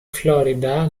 florida